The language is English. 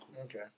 Okay